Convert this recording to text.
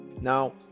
Now